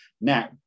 now